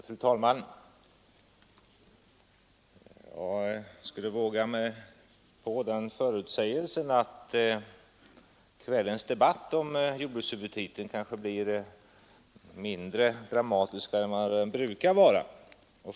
Fru talman! Jag skulle våga mig på den förutsägelsen att debatten om jordbrukshuvudtiteln i kväll blir mindre dramatisk än vad den brukar vara.